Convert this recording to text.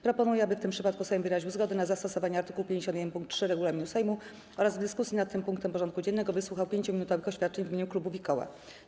Proponuję, aby w tym przypadku Sejm wyraził zgodę na zastosowanie art. 51 pkt 3 regulaminu Sejmu oraz w dyskusji nad tym punktem porządku dziennego wysłuchał 5-minutowych oświadczeń w imieniu klubów i koła.